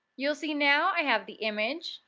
you'll see now i have the image,